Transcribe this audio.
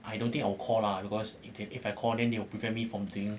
I don't think I will call lah because they if I call they will prevent me from doing